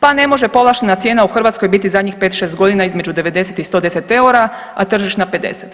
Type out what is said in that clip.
Pa ne može povlaštena cijena u Hrvatskoj biti zadnjih 5-6 godina između 90 i 110 EUR-a, a tržišna 50.